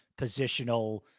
positional